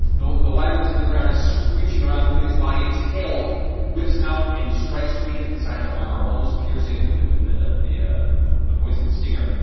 the the wyvern's on the ground, it's screeching around, moving its body, its tail whips out and strikes trinket in the side of the armor, almost piercing it with it with the the ah poisonous stinger.